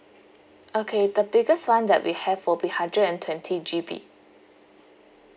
okay the biggest [one] that we have will be hundred and twenty G_B